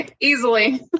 Easily